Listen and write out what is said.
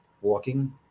walking